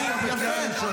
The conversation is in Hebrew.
אין כזה דבר.